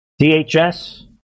DHS